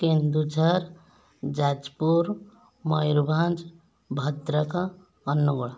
Keonjhar Jajpur Mayurbhanj Bhadrak Angul